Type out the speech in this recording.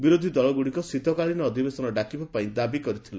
ବିରୋଧୀ ଦଳଗୁଡ଼ିକ ଶୀତକାଳୀନ ଅଧିବେଶନ ଡାକିବାପାଇଁ ଦାବି କରିଥିଲେ